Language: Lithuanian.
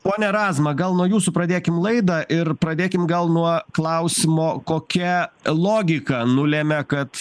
pone razma gal nuo jūsų pradėkim laidą ir pradėkim gal nuo klausimo kokia logika nulėmė kad